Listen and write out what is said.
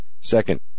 Second